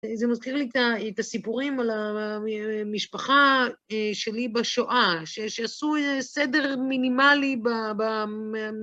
זה מזכיר לי את הסיפורים על המשפחה שלי בשואה, שעשו סדר מינימלי